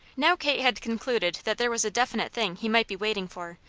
now kate had concluded that there was a definite thing he might be waiting for,